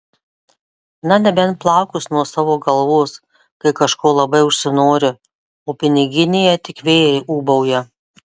na nebent plaukus nuo savo galvos kai kažko labai užsinori o piniginėje tik vėjai ūbauja